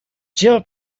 jill